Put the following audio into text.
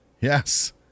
Yes